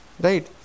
right